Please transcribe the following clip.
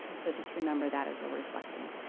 so just remember that as we're reflecting.